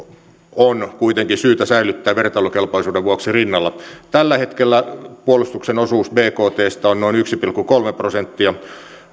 on kuitenkin syytä säilyttää vertailukelpoisuuden vuoksi rinnalla tällä hetkellä puolustuksen osuus bktstä on noin yksi pilkku kolme prosenttia